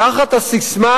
תחת הססמה: